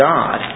God